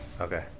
Okay